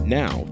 now